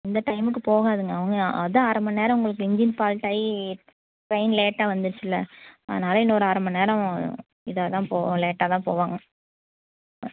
இந்த டைமுக்கு போகாதுங்க அவங்க அதுதான் அரை மணி நேரம் உங்களுக்கு இன்ஜின் ஃபால்ட்டாகி ட்ரெயின் லேட்டாக வந்துச்சுல்ல அதனால் இன்னும் ஒரு அரை மணி நேரம் இதாகதான் போவோம் லேட்டாக தான் போவாங்க ஆ